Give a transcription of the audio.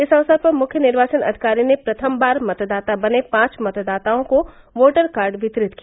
इस अवसर पर मुख्य निर्वाचन अधिकारी ने प्रथम बार मतदाता बने पांच मतदाताओं को वोटर कार्ड वितरित किया